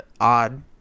odd